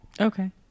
Okay